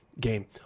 game